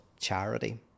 charity